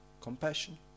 compassion